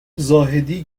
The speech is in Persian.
زاهدی